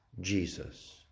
Jesus